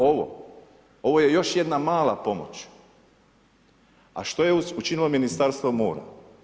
Ovo, ovo je još jedna mala pomoć, a što je učinilo Ministarstvo mora?